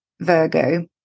Virgo